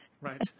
right